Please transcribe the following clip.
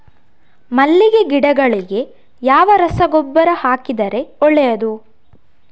ಮಲ್ಲಿಗೆ ಗಿಡಗಳಿಗೆ ಯಾವ ರಸಗೊಬ್ಬರ ಹಾಕಿದರೆ ಒಳ್ಳೆಯದು?